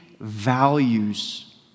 values